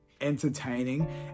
entertaining